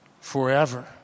forever